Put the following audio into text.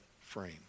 frame